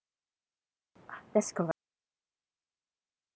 ah that's correct uh mmhmm